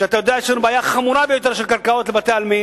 אתה יודע שיש לנו בעיה חמורה ביותר של קרקעות לבתי-עלמין,